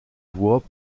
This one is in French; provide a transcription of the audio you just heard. voies